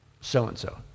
so-and-so